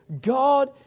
God